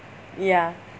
ya